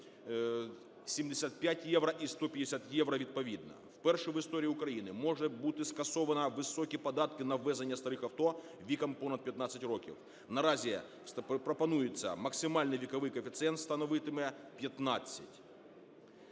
євро і 150 євро, відповідно. Вперше в історії України може бути скасовано високі податки на ввезення старих авто віком понад 15 років. Наразі пропонується, максимальний віковий коефіцієнт становитиме 15.